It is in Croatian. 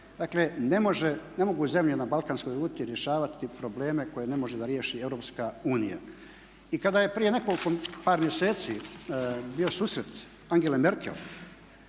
Dakle, ne mogu zemlje na balkanskoj ruti rješavati probleme koje ne može da riješi Europska unija. I kada je prije nekoliko, par mjeseci bio susret Angele Merkel,